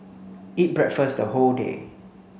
eat breakfast the whole day